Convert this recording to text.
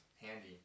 handy